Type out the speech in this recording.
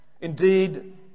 Indeed